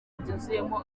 byuzuyemo